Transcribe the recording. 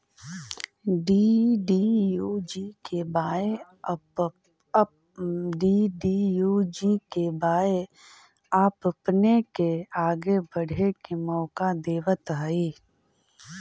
DDUGKY आपपने के आगे बढ़े के मौका देतवऽ हइ